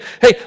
hey